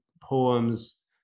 poems